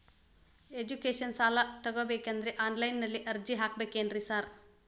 Education ಸಾಲ ತಗಬೇಕಂದ್ರೆ online ನಲ್ಲಿ ಅರ್ಜಿ ಹಾಕ್ಬೇಕೇನ್ರಿ ಸಾರ್?